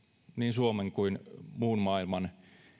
suomen kuin muun maailman